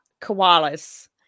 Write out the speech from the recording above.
koalas